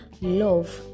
love